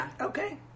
Okay